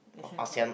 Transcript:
Asian-CUp